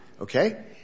Okay